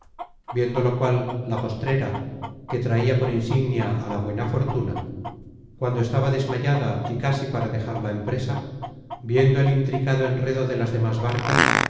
lo cual la postrera que traia por insignia á la buena fortuna cuando estaba desmayada y casi para dejar la empresa viendo el in